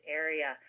area